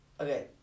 Okay